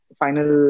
final